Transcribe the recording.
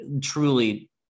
truly